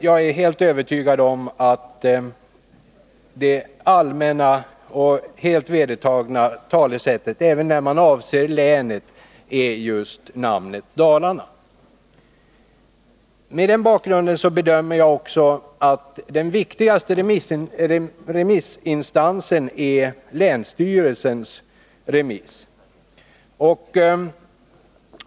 Jag är helt övertygad om att det allmänna och helt vedertagna namnet när man avser länet är just Dalarna. Mot denna bakgrund bedömer jag det som så att den viktigaste remissinstansen är länsstyrelsen.